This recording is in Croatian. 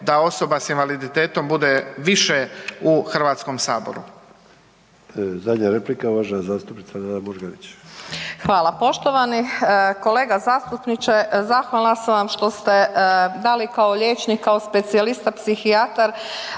da osoba s invaliditetom bude više u HS. **Sanader, Ante (HDZ)** Zadnja replika uvažena zastupnica Nada Murganić. **Murganić, Nada (HDZ)** Hvala. Poštovani kolega zastupniče, zahvalna sam vam što ste dali kao liječnik, kao specijalista psihijatar,